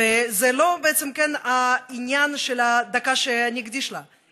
וזה לא העניין שלו אני אקדיש את הדקה,